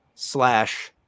slash